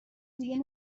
دیگه